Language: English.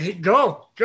go